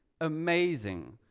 amazing